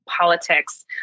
politics